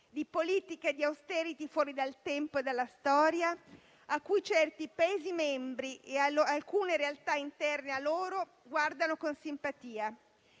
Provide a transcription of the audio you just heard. di politiche di *austerity* fuori dal tempo e dalla storia a cui certi Paesi membri e alcune realtà interne a loro guardano con simpatia.